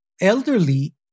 elderly